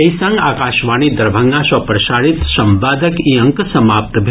एहि संग आकाशवाणी दरभंगा सँ प्रसारित संवादक ई अंक समाप्त भेल